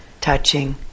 touching